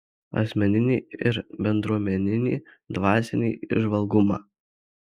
asmeninį ir bendruomeninį dvasinį įžvalgumą